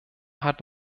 hat